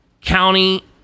county